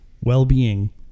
Wellbeing